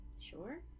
Sure